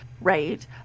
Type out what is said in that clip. right